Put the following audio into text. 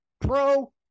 pro